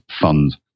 fund